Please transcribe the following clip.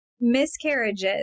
Miscarriages